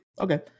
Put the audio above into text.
Okay